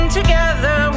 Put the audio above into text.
together